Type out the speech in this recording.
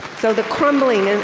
so, the crumbling and